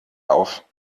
auf